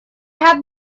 have